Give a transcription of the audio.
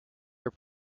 your